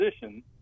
position